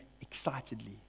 excitedly